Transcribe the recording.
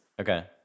Okay